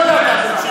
ברצינות?